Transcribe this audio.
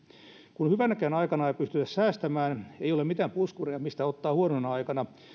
kun hyvänäkään aikana ei pystytä säästämään ei ole mitään puskuria mistä ottaa huonona aikana